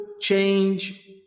change